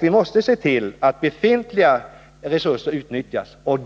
Vi måste se till att befintliga resurser utnyttjas.